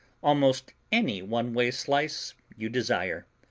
almost any one-way slice you desire.